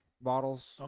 bottles